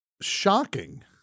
shocking